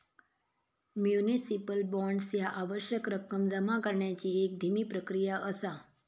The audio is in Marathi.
म्युनिसिपल बॉण्ड्स ह्या आवश्यक रक्कम जमा करण्याची एक धीमी प्रक्रिया असा